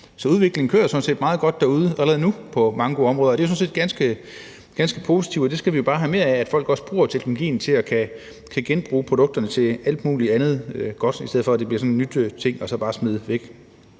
Så udviklingen kører jo sådan set meget godt derude allerede nu på mange gode områder, og det er ganske positivt, og det skal vi jo bare have mere af, så folk også bruger teknologien til at kunne genbruge produkterne til alt muligt andet godt, i stedet for at det bliver til nye ting, der så bare smides væk.